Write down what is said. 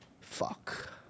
fuck